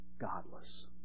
godless